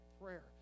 prayer